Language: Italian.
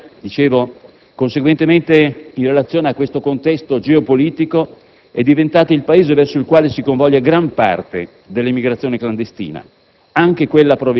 La Libia, dicevo, in relazione a questo contesto geopolitico, è diventata il Paese verso il quale si convoglia gran parte dell'emigrazione clandestina,